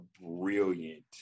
brilliant